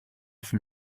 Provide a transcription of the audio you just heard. from